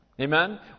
Amen